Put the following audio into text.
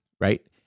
right